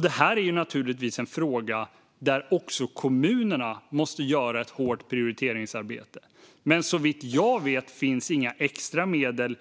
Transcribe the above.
Detta är naturligtvis en fråga där också kommunerna måste göra ett hårt prioriteringsarbete. Men såvitt jag vet finns inga extra medel